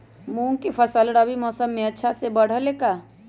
मूंग के फसल रबी मौसम में अच्छा से बढ़ ले का?